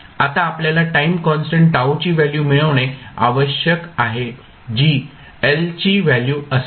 आता आपल्याला time constant τ ची व्हॅल्यू मिळवणे आवश्यक आहे जी L ची व्हॅल्यू असेल